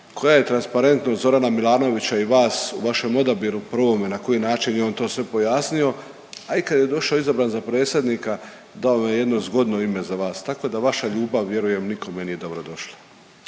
koja je transparentnost Zorana Milanovića i vas u vašem odabiru prvome na koji način je on to sve pojasnio, a i kad je došao izabran za predsjednika, dao vam je jedno zgodno ime za vas, tako da vaša ljubav, vjerujem, nikome nije dobrodošla.